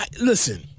listen